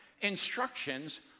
instructions